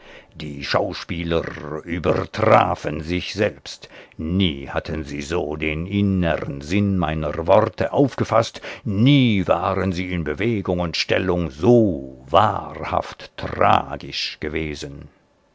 die schauspieler übertrafen sich selbst nie hatten sie so den innern sinn meiner worte aufgefaßt nie waren sie in bewegung und stellung so wahrhaft tragisch gewesen